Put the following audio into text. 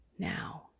Now